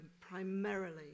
primarily